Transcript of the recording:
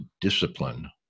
discipline